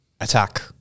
attack